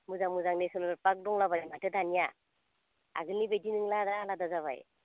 मोजां मोजां national park दंला बायो माथो दानिया आगोलनि बायदि नंला दा आलादा जाबाय